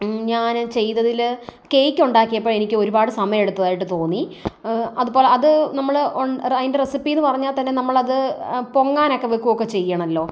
ഞാൻ ചെയ്തതിൽ കേക്ക് ഉണ്ടാക്കിയപ്പം എനിക്ക് ഒരുപാട് സമയമെടുത്തതായിട്ട് തോന്നി അതുപോലെ അത് നമ്മൾ ഓൺ അതിൻ്റെ റെസിപ്പിയെന്ന് പറഞ്ഞാൽ തന്നെ നമ്മളത് പൊങ്ങാനൊക്കെ വെക്കുകയൊക്കെ ചെയ്യണമല്ലോ